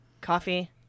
Coffee